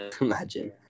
imagine